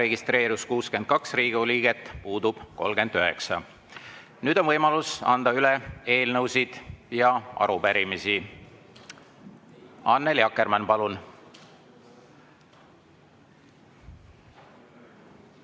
registreerus 62 Riigikogu liiget, puudub 39. Nüüd on võimalus anda üle eelnõusid ja arupärimisi. Annely Akkermann, palun!